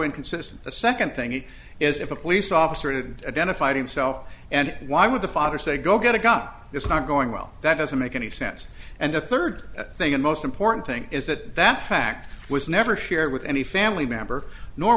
inconsistent the second thing is if a police officer did identify himself and why would the father say go get a gun it's not going well that doesn't make any sense and the third thing and most important thing is that that fact was never shared with any family member nor